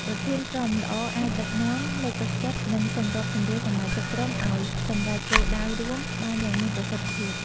ប្រធានក្រុមល្អអាចដឹកនាំ លើកទឹកចិត្ត និងសម្របសម្រួលសមាជិកក្រុមឱ្យសម្រេចគោលដៅរួមបានយ៉ាងមានប្រសិទ្ធភាព។